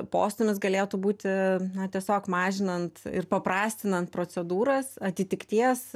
postūmis galėtų būti na tiesiog mažinant ir paprastinant procedūras atitikties